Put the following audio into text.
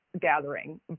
gathering